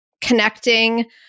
connecting